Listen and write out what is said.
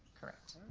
correct.